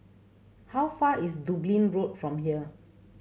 how far is Dublin Road from here